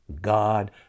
God